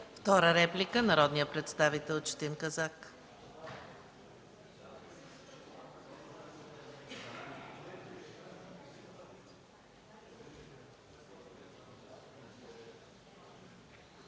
Втора реплика – народният представител Четин Казак.